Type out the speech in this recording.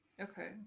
Okay